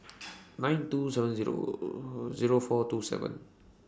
nine two seven Zero Zero four two seven